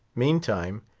meantime,